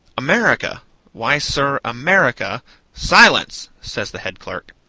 america why, sir, america silence! says the head clerk.